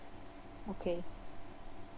okay